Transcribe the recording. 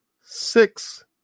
six